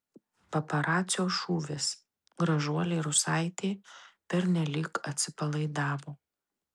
paparacio šūvis gražuolė rusaitė pernelyg atsipalaidavo